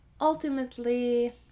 ultimately